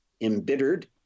embittered